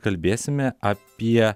kalbėsime apie